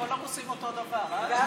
ההפגנות היו על דבר אחד,